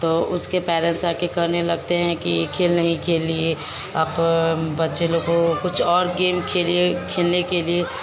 तो उसके पेरेस जाके कहने लगते हैं कि खेल नहीं खेलिए आप बच्चे लोग को कुछ और गेम खेलिए खेलने के लिए